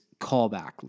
callback